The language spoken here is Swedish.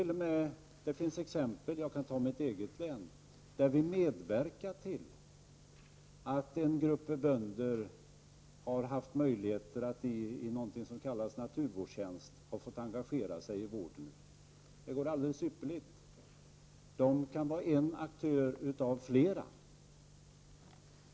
Jag kan som exempel ta mitt eget län, där vi medverkat till att en grupp bönder genom någonting som kallas naturvårdstjänst engagerat sig i vården. Det går alldeles ypperligt. Markägargruppen kan vara en av flera aktörer här.